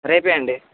రేపే అండి